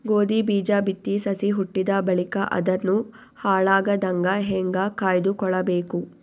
ಗೋಧಿ ಬೀಜ ಬಿತ್ತಿ ಸಸಿ ಹುಟ್ಟಿದ ಬಳಿಕ ಅದನ್ನು ಹಾಳಾಗದಂಗ ಹೇಂಗ ಕಾಯ್ದುಕೊಳಬೇಕು?